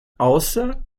außer